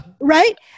Right